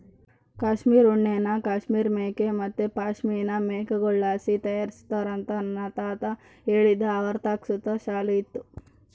ಕಾಶ್ಮೀರ್ ಉಣ್ಣೆನ ಕಾಶ್ಮೀರ್ ಮೇಕೆ ಮತ್ತೆ ಪಶ್ಮಿನಾ ಮೇಕೆಗುಳ್ಳಾಸಿ ತಯಾರಿಸ್ತಾರಂತ ನನ್ನ ತಾತ ಹೇಳ್ತಿದ್ದ ಅವರತಾಕ ಸುತ ಶಾಲು ಇತ್ತು